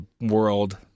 world